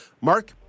Mark